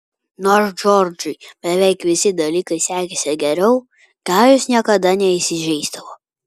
nors džordžui beveik visi dalykai sekėsi geriau gajus niekada neįsižeisdavo